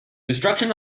destruction